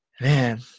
man